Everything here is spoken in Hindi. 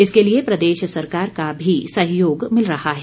इसके लिए प्रदेश सरकार का भी सहयोग मिल रहा है